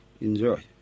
Enjoy